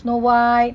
snow white